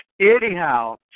Anyhow